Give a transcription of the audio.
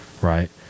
Right